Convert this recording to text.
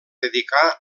dedicar